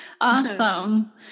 Awesome